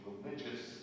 religious